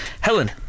Helen